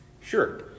Sure